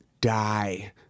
die